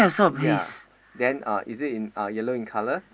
ya then uh is it in uh yellow in colour